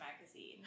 magazine